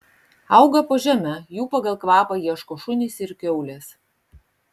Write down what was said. auga po žeme jų pagal kvapą ieško šunys ir kiaulės